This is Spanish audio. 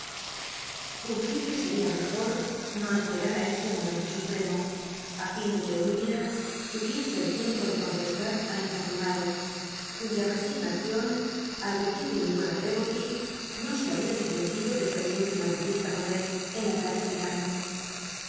juzgué que seria mejor no cspetat ü este momento suprcmo i fin de que emilia tu iese el tiempo de contestar al infortunado cuya r'csignacion al dcei de mi buena pcggoty no se había en desmentido desde mi última entrevista con él en la playa de